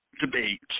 debate